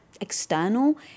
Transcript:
external